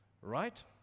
right